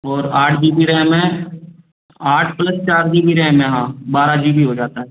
और आठ G B RAM है आठ प्लस चार जी बी रैम है हाँ बारह जी बी हो जाता है सर